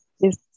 Yes